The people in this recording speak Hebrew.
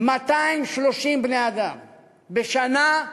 230 בני-אדם בשנה.